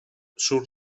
surt